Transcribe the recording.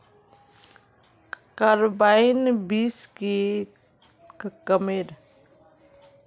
Carbine बीस की कमेर?